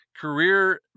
career